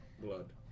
blood